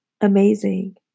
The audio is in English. amazing